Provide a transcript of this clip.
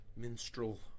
Minstrel